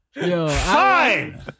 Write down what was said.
Fine